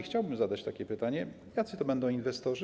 Chciałbym zadać pytanie: Jacy to będą inwestorzy?